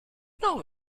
know